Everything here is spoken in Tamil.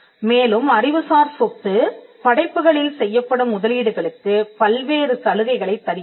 மேலும் அறிவுசார் சொத்து படைப்புகளில் செய்யப்படும் முதலீடுகளுக்கு பல்வேறு சலுகைகளைத் தருகிறது